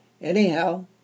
Anyhow